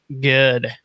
good